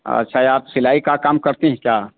अच्छा आप सिलाई का काम करती हैं क्या